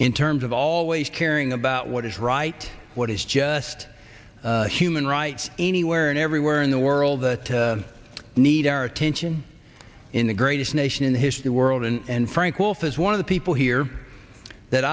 in terms of always caring about what is right what is just human rights anywhere and everywhere in the world that to need our attention in the greatest nation in history world and frank wolf is one of the people here that